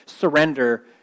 surrender